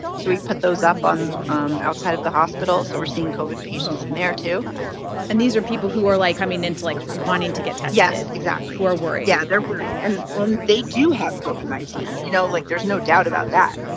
so we put those up um outside of the hospitals, so we're seeing covid patients in there, too and these are people who are, like, coming into like, wanting to get tested. yeah, exactly. who are worried yeah, they're worried. and and they do have covid nineteen. you know, like, there's no doubt about that.